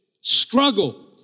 struggle